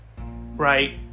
Right